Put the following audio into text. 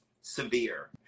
severe